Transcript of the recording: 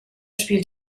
spielt